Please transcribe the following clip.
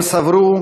הם סברו